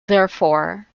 therefore